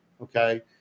Okay